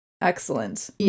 Excellent